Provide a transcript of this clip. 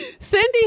Cindy